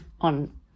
on